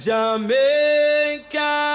Jamaica